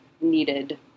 needed